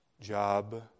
job